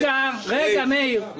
רגע, מאיר.